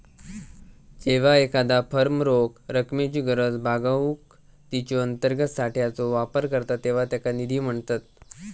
जेव्हा एखादा फर्म रोख रकमेची गरज भागवूक तिच्यो अंतर्गत साठ्याचो वापर करता तेव्हा त्याका निधी म्हणतत